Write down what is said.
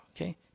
okay